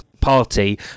party